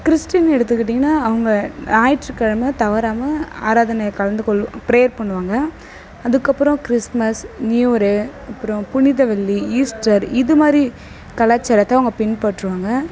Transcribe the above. Christian எடுத்துக்கிட்டிங்கன்னா அவங்க ஞாயிற்றுகெழமை தவறாமல் ஆராதனையில் கலந்து ப்ரேயர் பண்ணுவாங்க அதுக்கப்புறம் கிறிஸ்மஸ் நியூரு அப்புறம் புனித வெள்ளி ஈஸ்டர் இதுமாதிரி கலாச்சாரத்தை அவங்க பின்பற்றுவாங்க